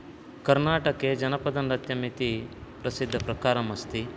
कर्नाटके जनपदनृत्यमिति प्रसिद्धप्रकारम् अस्ति